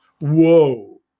Whoa